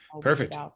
Perfect